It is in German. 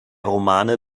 romane